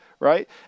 Right